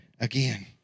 again